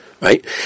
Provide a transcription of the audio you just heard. Right